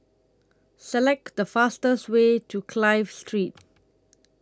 Select The fastest Way to Clive Street